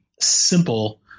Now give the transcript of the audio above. simple